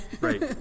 Right